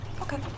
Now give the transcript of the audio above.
Okay